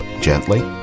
gently